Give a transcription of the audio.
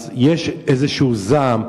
יש איזה זעם.